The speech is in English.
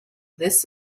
this